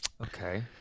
Okay